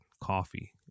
coffee